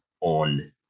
on